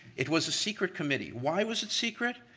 it was a secret committee. why was it secret?